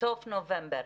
בסוף נובמבר.